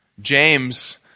James